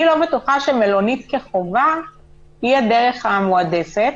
אני לא בטוחה שמלונית כחובה היא הדרך המועדפת.